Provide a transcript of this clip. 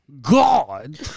God